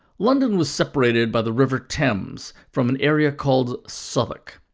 london was separated by the river thames from an area called southwark.